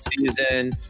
season